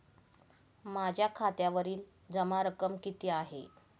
माझ्या खात्यावरील जमा रक्कम किती आहे?